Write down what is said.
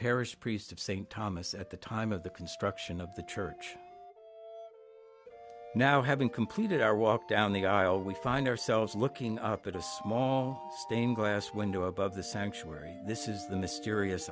parish priest of st thomas at the time of the construction of the church now having completed our walk down the aisle we find ourselves looking up at a small stained glass window above the sanctuary this is the mysterious